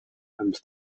and